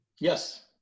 Yes